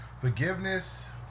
forgiveness